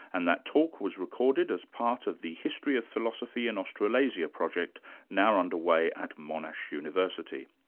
and that talk was recorded as part of the history of philosophy in australasia project now under way at monash university.